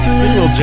little